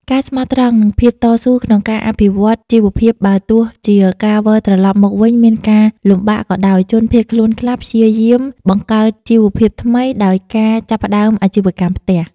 ការស្មោះត្រង់និងភាពតស៊ូក្នុងការអភិវឌ្ឍជីវភាពបើទោះជាការវិលត្រឡប់មកវិញមានការលំបាកក៏ដោយ ជនភៀសខ្លួនខ្លះព្យាយាមបង្កើតជីវភាពថ្មីដោយការចាប់ផ្តើមអាជីវកម្មផ្ទះ។